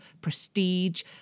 prestige